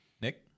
Nick